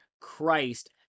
Christ